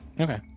Okay